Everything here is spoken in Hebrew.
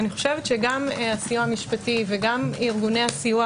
אני חושבת שגם הסיוע המשפטי וגם ארגוני הסיוע